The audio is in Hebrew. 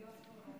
ינון אזולאי,